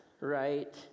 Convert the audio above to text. right